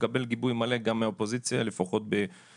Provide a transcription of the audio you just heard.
תקבל גיבוי מלא גם מהאופוזיציה, לפחות בשמי.